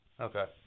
Okay